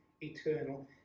eternal